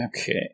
Okay